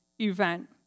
event